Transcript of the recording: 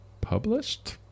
Published